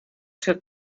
took